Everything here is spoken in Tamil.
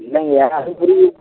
இல்லைங்க ஐயா அது புரியாது